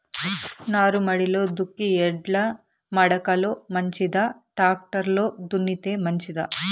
నారుమడిలో దుక్కి ఎడ్ల మడక లో మంచిదా, టాక్టర్ లో దున్నితే మంచిదా?